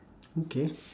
okay